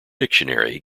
dictionary